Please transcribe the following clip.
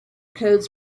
codes